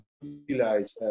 utilize